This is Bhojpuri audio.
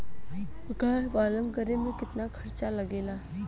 गाय पालन करे में कितना खर्चा लगेला?